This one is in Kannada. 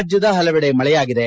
ರಾಜ್ಯದ ಪಲವೆಡೆ ಮಳೆಯಾಗಿದೆ